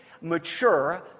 mature